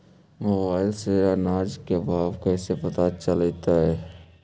Mobile से अनाज के भाव कैसे पता चलतै?